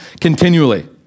continually